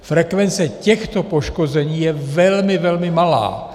Frekvence těchto poškození je velmi, velmi malá.